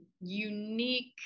unique